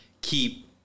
keep